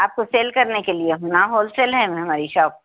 آپ کو سیل کرنے کے لیے ہونا ہولسیل ہے ہماری شاپ